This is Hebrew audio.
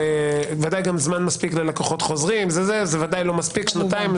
ודאי גם זמן מספיק ללקוחות חוזרים - זה ודאי לא מספיק שנתיים.